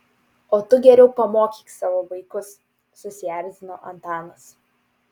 o tu geriau pamokyk savo vaikus susierzino antanas